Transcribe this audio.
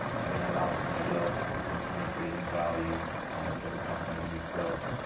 and then allow somebody else to continue creating value for the company you've built.